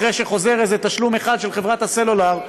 אחרי שחוזר איזה תשלום אחד לחברת הסלולר,